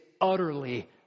utterly